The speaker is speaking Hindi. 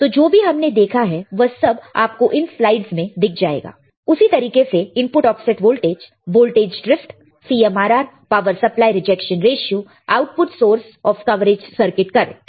तो जो भी हमने देखा है वह सब आपको इन स्लाइडस में दिख रहा है उसी तरीके से input offset voltage voltage drift CMRR power supply rejection ratio output source of coverage circuit current